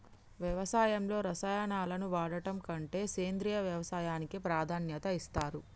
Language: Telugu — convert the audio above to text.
వ్యవసాయంలో రసాయనాలను వాడడం కంటే సేంద్రియ వ్యవసాయానికే ప్రాధాన్యత ఇస్తరు